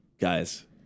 guys